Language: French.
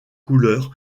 couleurs